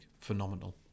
phenomenal